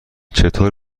چطور